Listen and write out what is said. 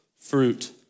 fruit